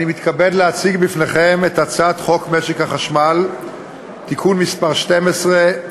אני מתכבד להציג בפניכם את הצעת חוק משק החשמל (תיקון מס' 12),